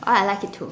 oh I like it too